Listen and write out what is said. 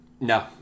No